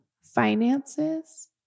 finances